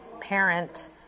parent